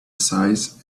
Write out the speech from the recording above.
size